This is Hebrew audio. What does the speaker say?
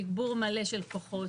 תגבור מלא של כוחות.